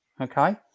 okay